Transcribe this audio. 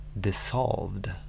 dissolved